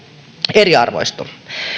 eriarvoistu